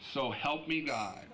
so help me god